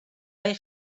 bai